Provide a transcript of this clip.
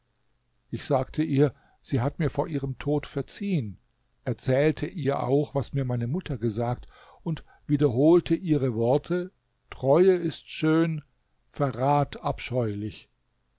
ich sagte ihr sie hat mir vor ihrem tode verziehen erzählte ihr auch was mir meine mutter gesagt und wiederholte ihre worte treue ist schön verrat abscheulich